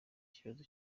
kibazo